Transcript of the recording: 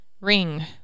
ring